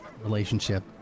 relationship